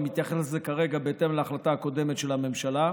אני מתייחס לזה כרגע בהתאם להחלטה הקודמת של הממשלה,